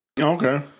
Okay